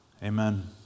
Amen